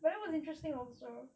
but it was interesting also